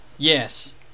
Yes